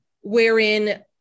wherein